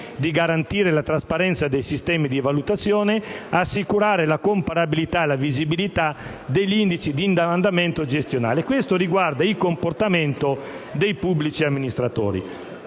di garantire la trasparenza dei sistemi di valutazione, di assicurare la comparabilità e la visibilità degli indici di andamento gestionale. Tutto questo riguarda il comportamento dei pubblici amministratori.